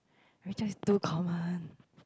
Richard is too common